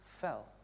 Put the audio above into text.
fell